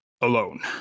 alone